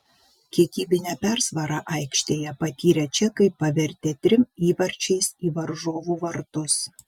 kiekybinę persvarą aikštėje patyrę čekai pavertė trim įvarčiais į varžovų vartus